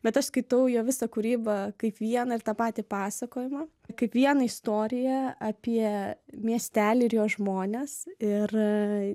bet aš skaitau jo visą kūrybą kaip vieną ir tą patį pasakojimą kaip vieną istoriją apie miestelį ir jo žmones ir